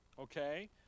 okay